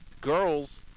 girls